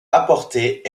apportée